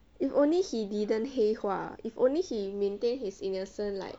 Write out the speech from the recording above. if only he didn't 黑化 if only he maintained his innocence like